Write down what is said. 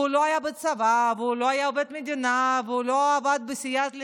והוא לא היה בצבא והוא לא היה עובד מדינה והוא לא עבד בסיעת הליכוד,